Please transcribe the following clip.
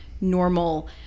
normal